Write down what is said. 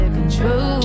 control